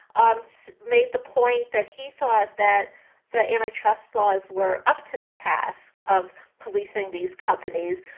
um so made the point that he thought that the antitrust laws were up to the task of policing these companies,